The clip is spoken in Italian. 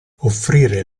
offrire